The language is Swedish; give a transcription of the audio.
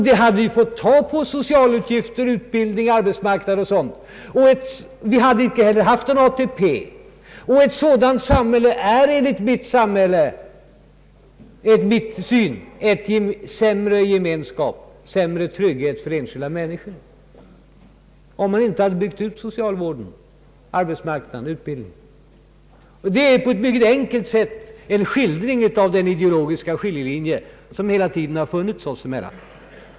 Det hade måst drabba socialutgifter, utbildning, arbetsmarknad o. d. Vi hade inte heller haft någon ATP. Ett samhälle där vi inte kunnat bygga ut socialvården, arbetsmarknaden och utbildningen hade enligt mitt synsätt inneburit ett samhälle med sämre gemenskap och sämre trygghet för enskilda människor. Detta är, på ett mycket enkelt sätt, en skildring av den ideologiska skiljelinje som hela tiden funnits oss emellan.